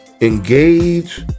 engage